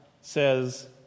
says